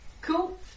Cool